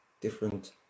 different